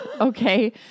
Okay